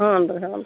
ಹಾಂ ರೀ ಹಾಂ